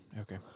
Okay